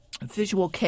visual